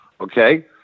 Okay